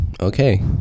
Okay